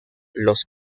los